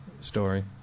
story